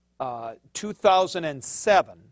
2007